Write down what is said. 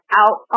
out